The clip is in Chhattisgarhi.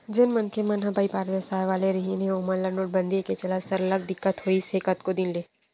जेन मनखे मन ह बइपार बेवसाय वाले रिहिन हे ओमन ल नोटबंदी के चलत सरलग दिक्कत होइस हे कतको दिन ले